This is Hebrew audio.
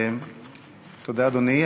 תודה, אדוני.